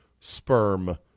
sperm